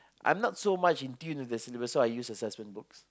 I'm not so much in tune with the syllabus so I use assessment books